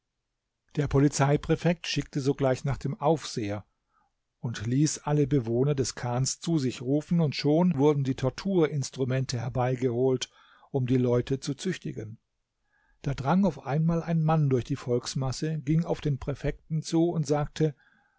der polizeipräfekt schickte sogleich nach dem aufseher und ließ alle bewohner des chans zu sich rufen und schon wurden die torturinstrumente herbeigeholt um die leute zu züchtigen da drang auf einmal ein mann durch die volksmasse ging auf den präfekten zu und sagte